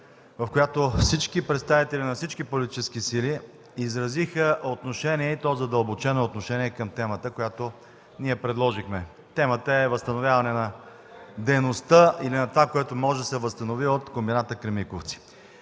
в която всички представители на всички политически сили, изразиха отношение, и то задълбочено отношение, към темата, която ние предложихме. Темата е възстановяване на дейността или на това, което може да се възстанови, от Комбината „Кремиковци”.